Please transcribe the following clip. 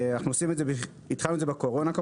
התחלנו את זה בקורונה.